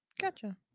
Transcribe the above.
Gotcha